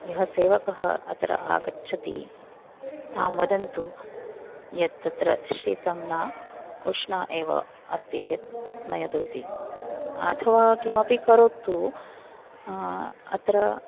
यः सेवकः अत्र आगच्छति तां वदन्तु यत्तत्र शीतं न उष्णा एव अस्ति चेत् नयतु इति अथवा किमपि करोतु अत्र